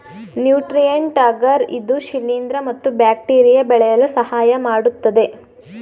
nutrient agar ಇದು ಶಿಲಿಂದ್ರ ಮತ್ತು ಬ್ಯಾಕ್ಟೀರಿಯಾ ಬೆಳೆಯಲು ಸಹಾಯಮಾಡತ್ತದೆ